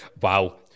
wow